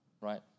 right